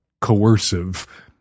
coercive